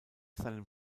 seinem